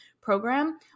program